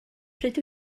pryd